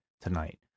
tonight